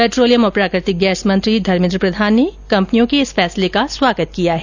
petroleum और प्राकृतिक gas मंत्री धर्मेन्द्र प्रधान ने कंपनियों के इस फैसले का स्वागत किया है